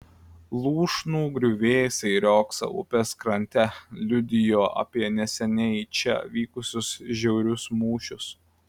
lūšnų griuvėsiai riogsą upės krante liudijo apie neseniai čia vykusius žiaurius mūšius